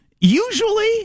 Usually